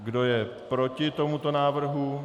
Kdo je proti tomuto návrhu?